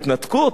התנתקות?